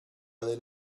del